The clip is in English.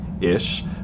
ish